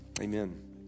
amen